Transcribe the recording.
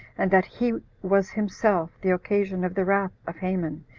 and that he was himself the occasion of the wrath of haman,